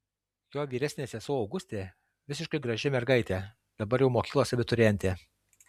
jo vyresnė sesuo augustė visiškai graži mergaitė dabar jau mokyklos abiturientė